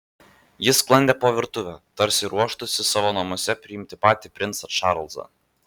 ji sklandė po virtuvę tarsi ruoštųsi savo namuose priimti patį princą čarlzą